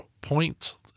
point